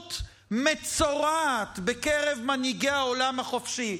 לדמות מצורעת בקרב מנהיגי העולם החופשי.